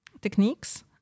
techniques